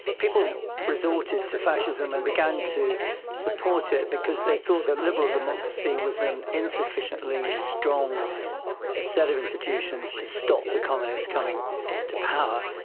people resorted to fascism and began to support it because they thought that liberal democracy was an insufficiently strong set of institutions to stop the communists coming to power.